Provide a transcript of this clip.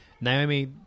Naomi